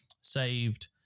saved